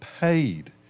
paid